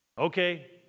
Okay